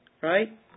right